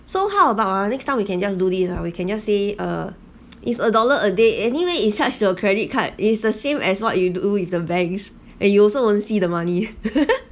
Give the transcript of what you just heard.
so how about ah next time we can just do this ah we can just say uh it's a dollar a day anyway it charge to your credit card is the same as what you do with the banks and you also won't see the money